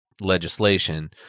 legislation